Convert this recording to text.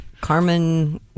Carmen